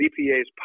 EPA's